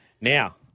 Now